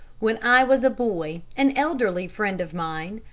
when i was a boy, an elderly friend of mine,